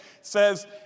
says